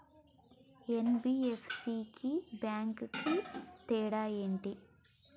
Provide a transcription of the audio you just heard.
NBFC కి బ్యాంక్ కి తేడా ఏంటి?